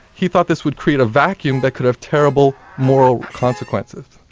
he thought this would create a vacuum that could have terrible, moral consequences.